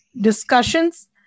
discussions